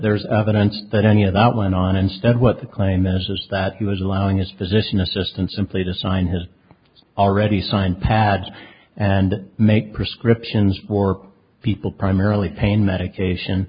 there's evidence that any of that went on instead what the claim is is that he was allowing his physician assistant simply to sign has already signed pads and make prescriptions for people primarily pain medication